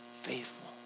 faithful